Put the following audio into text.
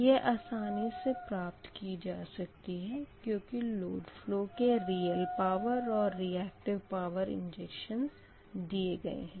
यह आसानी से प्राप्त की जा सकती है क्योंकि लोड फ़लो के रियल पावर और रीयक्टिव पावर इंजेक्शनस दिए गए हैं